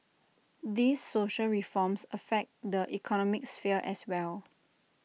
these social reforms affect the economic sphere as well